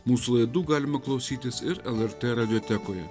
mūsų laidų galima klausytis ir lrt radiotekoje